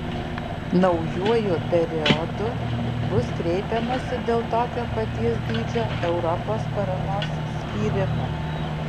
naujuoju periodu bus kreipiamasi dėl tokio paties dydžio europos paramos skyrimo